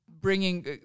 Bringing